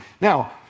Now